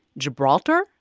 gibraltar,